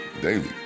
daily